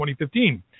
2015